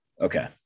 Okay